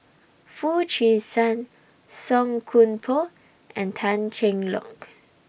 Foo Chee San Song Koon Poh and Tan Cheng Lock